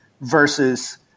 versus